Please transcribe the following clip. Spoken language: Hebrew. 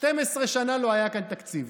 12 שנה לא היה כאן תקציב.